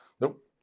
Nope